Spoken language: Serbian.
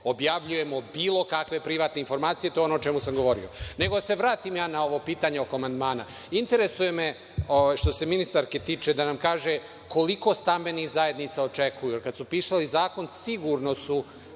objavljujemo bilo kakve privatne informacije i to je ono o čemu sam govorio. Nego, da se vratim ja na ovo pitanje oko amandmana. Interesuje me, što se ministarke tiče, da nam kaže koliko stambenih zajednica očekuju? Jer, kad su pisali zakon, sigurno su